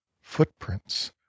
Footprints